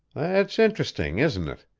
that's interesting, isn't it?